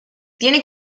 tiene